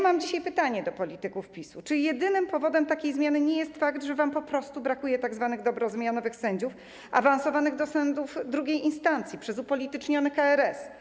Mam dzisiaj pytanie do polityków PiS-u: Czy jedynym powodem takiej zmiany nie jest fakt, że wam po prostu brakuje tzw. dobrozmianowych sędziów awansowanych do sądów II instancji przez upolityczniony KRS?